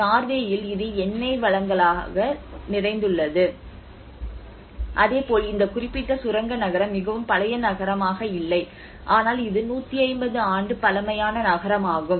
நோர்வேயில் இது எண்ணெய் வளங்களால் நிறைந்துள்ளது அதேபோல் இந்த குறிப்பிட்ட சுரங்க நகரம் மிகவும் பழைய நகரமாக இல்லை ஆனால் இது 150 ஆண்டு பழமையான நகரமாகும்